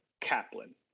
Kaplan